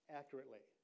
accurately